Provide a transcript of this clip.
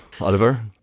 Oliver